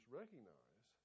recognize